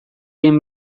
egin